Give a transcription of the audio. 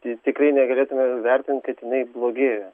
tai tikrai negalėtume vertinti kad jinai blogėja